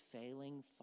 failing